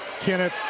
Kenneth